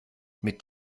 mit